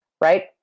right